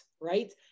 right